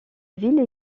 ville